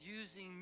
using